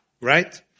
Right